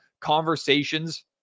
conversations